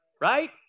right